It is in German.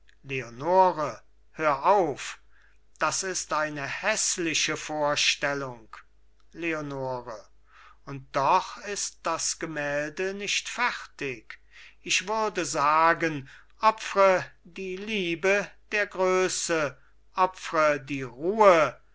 leonore hör auf das ist eine häßliche vorstellung leonore und doch ist das gemälde nicht fertig ich würde sagen opfre die liebe der größe opfre die ruhe